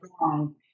wrong